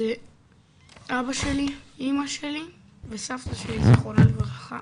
זה אבא שלי, אמא שלי וסבתא שלי זיכרונה לברכה